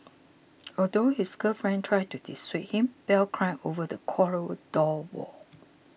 although his girlfriend tried to dissuade him Bell climbed over the corridor wall